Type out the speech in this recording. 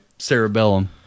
cerebellum